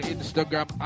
Instagram